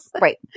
Right